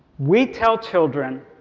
we tell children